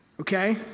okay